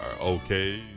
okay